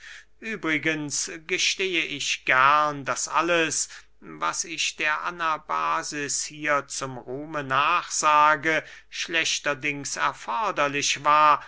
übrigens gestehe ich gern daß alles was ich der anabasis hier zum ruhme nachsage schlechterdings erforderlich war